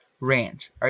range